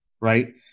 right